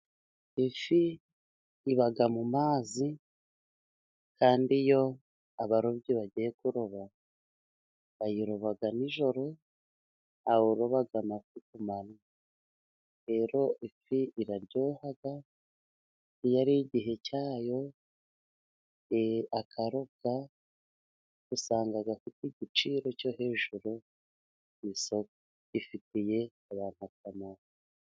Ifi iba mu mazi kandi iyo abarobyi bagiye kuroba bayiroba n'ijoro, ntawe uroba amafi kumanywa rero ifi iraryo, iyo ari igihe cyayo akarobwa usanga afite igiciro cyo hejuru bifitiye abantu akamaro.